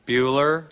Bueller